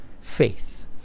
faith